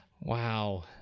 Wow